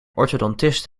orthodontist